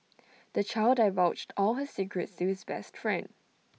the child divulged all his secrets to his best friend